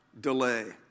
delay